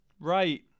Right